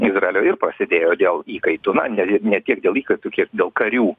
izraelio ir prasėdėjo dėl įkaitų na ne ne tiek dėl įkaitų kiek dėl karių